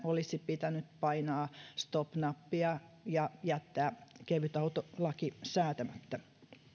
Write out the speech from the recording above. olisi pitänyt painaa stop nappia ja jättää kevytautolaki säätämättä